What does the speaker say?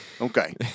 Okay